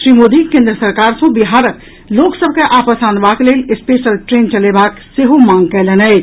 श्री मोदी केन्द्र सरकार सँ बिहारक लोक सभ के आपस आनबाक लेल स्पेशन ट्रेन चलेबाक सेहो मांग कयलनि अछि